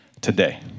today